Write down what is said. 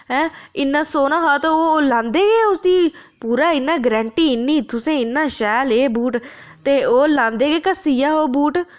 ऐं इन्ना सोह्ना हा ते ओह् लांदे गै उसदी पूरा इन्ना गारंटी इंदी तु'सें गी इन्ना शैल एह् बूट ते ओह् लांदे गै घस्सी गेआ ओह् बूट